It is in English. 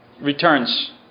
returns